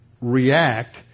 react